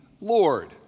Lord